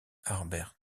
harbert